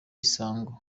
isango